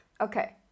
Okay